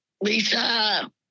Lisa